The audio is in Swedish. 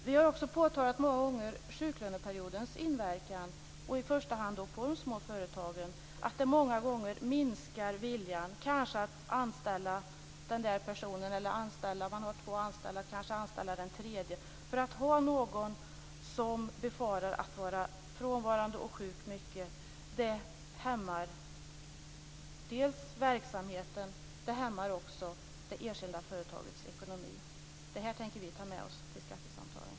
Vi har också många gånger påtalat sjuklöneperiodens inverkan, i första hand då för de små företagen, och att den många gånger minskar viljan att kanske anställa en person eller att, om man har två anställda redan, anställa den tredje, för att ha någon anställd som befarar att han eller hon kommer att vara frånvarande och sjuk mycket hämmar inte bara verksamheten utan också det enskilda företagets ekonomi. Det här tänker vi ta med oss till skattesamtalen.